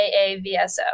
AAVSO